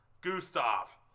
Gustav